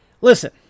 Listen